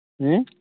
ᱦᱮᱸ